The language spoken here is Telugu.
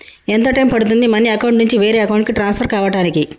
ఎంత టైం పడుతుంది మనీ అకౌంట్ నుంచి వేరే అకౌంట్ కి ట్రాన్స్ఫర్ కావటానికి?